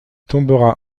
tombera